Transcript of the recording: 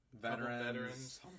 veterans